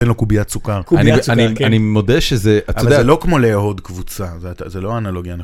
תן לו קוביית סוכר. קוביית סוכר, כן. אני מודה שזה... אבל זה לא כמו לאהוד קבוצה, זה לא האנלוגיה.